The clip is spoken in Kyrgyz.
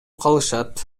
калышат